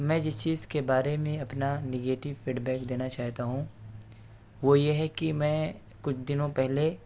میں جس چیز کے بارے میں اپنا نگیٹو فیڈ بیک دینا چاہتا ہوں وہ یہ ہے کہ میں کچھ دنوں پہلے